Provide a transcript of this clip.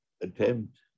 attempt